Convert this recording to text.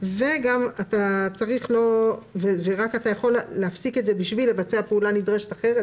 אתה יכול להפסיק את זה בשביל לבצע פעולה נדרשת אחרת,